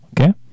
okay